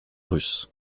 russes